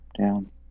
Down